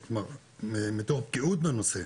מתוך בקיאות בנושא,